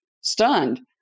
stunned